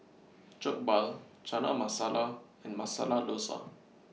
Jokbal Chana Masala and Masala Dosa